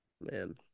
man